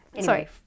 Sorry